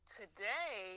today